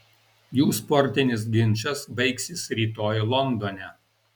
jų sportinis ginčas baigsis rytoj londone